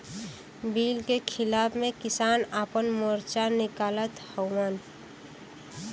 bill के खिलाफ़ में किसान आपन मोर्चा निकालत हउवन